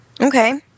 Okay